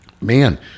man